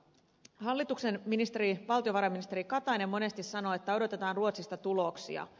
hallituksen ministeri valtiovarainministeri katainen monesti sanoo että odotetaan ruotsista tuloksia